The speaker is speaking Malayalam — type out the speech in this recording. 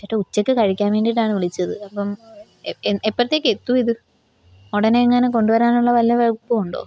ചേട്ടാ ഉച്ചക്കു കഴിക്കാൻ വേണ്ടിയിട്ടാണ് വിളിച്ചത് അപ്പം എപ്പ് എൻ എപ്പോഴത്തേക്കെത്തുയിത് ഉടനെയെങ്ങാനും കൊണ്ടുവരാനുള്ള വല്ല വകുപ്പുമുണ്ടോ